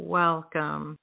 welcome